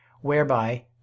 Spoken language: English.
whereby